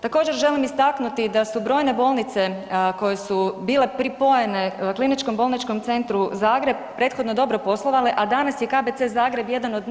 Također, želim istaknuti da su brojne bolnice koje su bile pripojene Kliničkom bolničkom centru Zagreb prethodno dobro poslovale, a danas je KBC Zagreb jedan od najvećih [[Upadica: Hvala lijepa.]] dužnika.